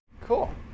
Cool